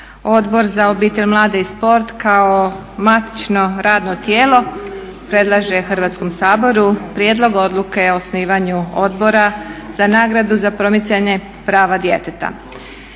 Odbor za obitelj, mlade i sport kao matično radno tijelo predlaže Hrvatskom saboru Prijedlog odluke o osnivanju Odbora za nagradu za promicanje prava djeteta.